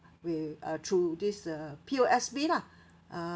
with uh through this uh P_O_S_B lah uh